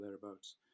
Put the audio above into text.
thereabouts